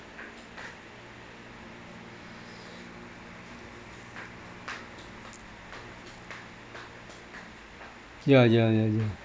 ya ya ya ya